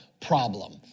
problem